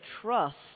trust